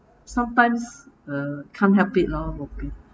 sometimes uh can't help it lor bobian